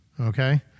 Okay